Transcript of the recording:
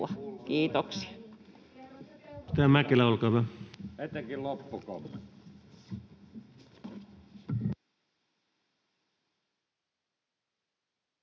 Kiitoksia.